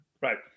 Right